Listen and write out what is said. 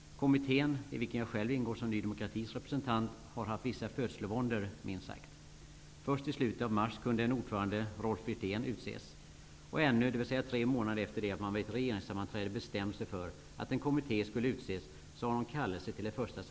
Kommittén, i vilken jag själv ingår såsom representant för Ny demokrati, har haft vissa födslovåndor, minst sagt. Först i slutet av mars kunde en ordförande -- Rolf Wirtén -- utses. Ännu har inte någon kallelse till ett första sammanträde utsänts, dvs. tre månader efter det att man vid ett regeringssammanträde bestämt sig för att en kommitté skulle utses.